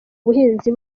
ubuhinzi